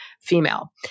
female